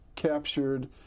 captured